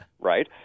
Right